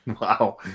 wow